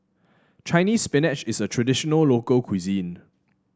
Chinese Spinach is a traditional local cuisine